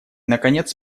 наконец